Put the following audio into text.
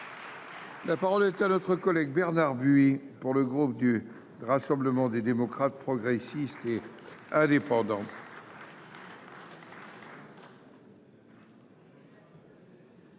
La parole est à M. Bernard Buis, pour le groupe Rassemblement des démocrates, progressistes et indépendants.